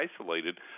isolated